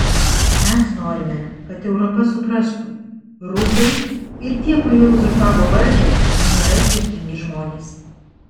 mes norime kad europa suprastų rusai ir tie kurie uzurpavo valdžią nėra skirtingi žmonės